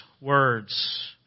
words